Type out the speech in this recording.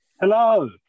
hello